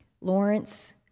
Lawrence